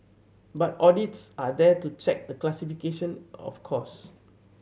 but audits are there to check the classification of cost